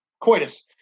coitus